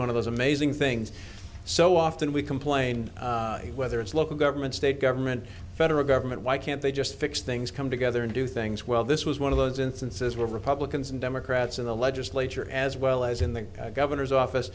one of those amazing things so often we complain whether it's local government state government federal government why can't they just fix things come together and do things well this was one of those instances where republicans and democrats in the legislature as well as in the governor's office